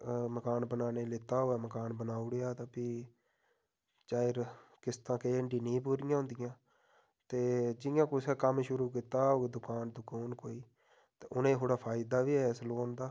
मकान बनाने गी लैता होऐ मकान बनाऊ उड़ेआ ते फ्ही चाहे'र किस्तां नेईं पूरियां होंदियां ते जियां कुसै कम्म शुरू कीता होग दकान दुकान ते उनेंई थोह्ड़ा फायदा बी ऐ इस लोन दा